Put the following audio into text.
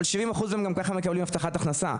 70 אחוז גם ככה מקבלים הבטחת הכנסה,